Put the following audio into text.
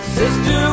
sister